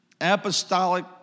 apostolic